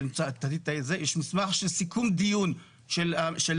יש מסמך של סיכום דיון שלנו,